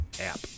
app